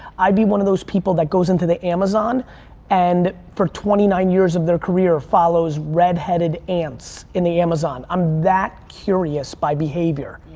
i'd be one of those people that goes into the amazon and for twenty nine years of their career, follows redheaded ants in the amazon. i'm that curious by behavior.